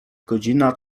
godzina